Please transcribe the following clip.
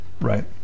Right